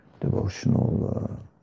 devotional